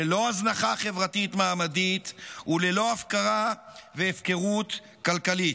ללא הזנחה חברתית-מעמדית וללא הפקרה והפקרות כלכלית.